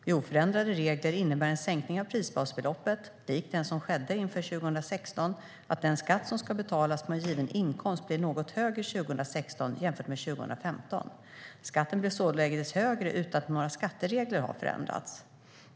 Vid oförändrade regler innebär en sänkning av prisbasbeloppet, likt den som skedde inför 2016, att den skatt som ska betalas på en given inkomst blir något högre 2016 jämfört med 2015. Skatten blir således högre utan att några skatteregler har förändrats.